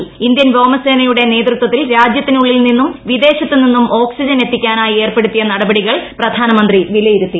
ശ്രജ്ത്യൻ വ്യോമസേനയുടെ നേതൃത്വത്തിൽ രാജ്യത്തിനുള്ളിൽ നീന്നും വിദേശത്തു നിന്നും ഓക്സിജൻ എത്തിക്കാനായി ്ഏർപ്പെടുത്തിയ നടപടികൾ പ്രധാനമന്ത്രി വിലയിരുത്തി